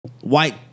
white